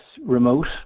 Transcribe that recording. remote